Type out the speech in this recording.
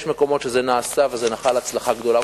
יש מקומות שזה נעשה בהם וזה נחל הצלחה גדולה.